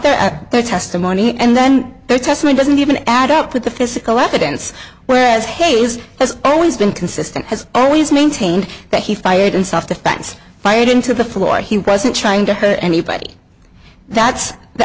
about their testimony and then their testimony doesn't even add up with the physical evidence whereas hay is has always been consistent has always maintained that he fired in self defense fired into the floor he wasn't trying to hurt anybody that's the